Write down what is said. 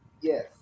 Yes